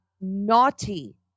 naughty